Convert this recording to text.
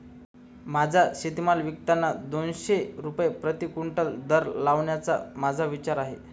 माझा शेतीमाल विकताना दोनशे रुपये प्रति क्विंटल दर लावण्याचा माझा विचार आहे